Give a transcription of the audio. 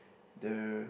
the